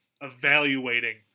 evaluating